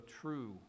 true